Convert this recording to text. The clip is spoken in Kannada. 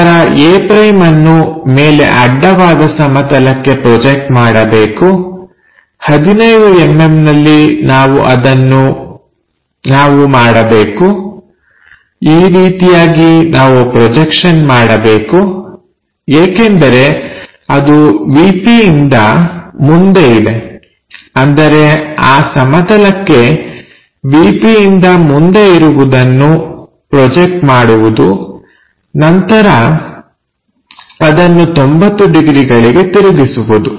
ನಂತರ a' ಅನ್ನು ಮೇಲೆ ಅಡ್ಡವಾದ ಸಮತಲಕ್ಕೆ ಪ್ರೊಜೆಕ್ಟ್ ಮಾಡಬೇಕು 15mm ನಲ್ಲಿ ನಾವು ಅದನ್ನು ನಾವು ಮಾಡಬೇಕು ಈ ರೀತಿಯಾಗಿ ನಾವು ಪ್ರೊಜೆಕ್ಟ್ ಮಾಡಬೇಕು ಏಕೆಂದರೆ ಅದು ವಿ ಪಿ ನಿಂದ ಮುಂದೆ ಇದೆ ಅಂದರೆ ಆ ಸಮತಲಕ್ಕೆ ವಿ ಪಿ ನಿಂದ ಮುಂದೆ ಇರುವುದನ್ನು ಪ್ರೊಜೆಕ್ಟ್ ಮಾಡುವುದು ನಂತರ ಅದನ್ನು 90 ಡಿಗ್ರಿಗಳಿಗೆ ತಿರುಗಿಸುವುದು